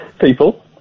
People